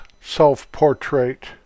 self-portrait